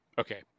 okay